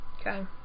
Okay